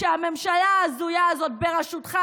שהממשלה ההזויה הזאת בראשותך,